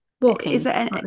walking